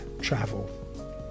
travel